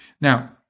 Now